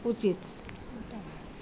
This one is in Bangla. উচিত